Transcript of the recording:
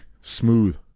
Smooth